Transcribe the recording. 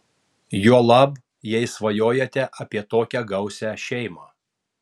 juolab jei svajojate apie tokią gausią šeimą